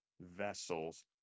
vessels